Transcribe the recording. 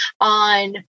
on